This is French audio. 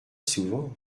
souvent